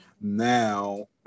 Now